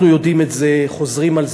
אנחנו יודעים את זה, חוזרים על זה,